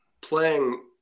playing